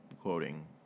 Quoting